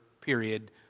period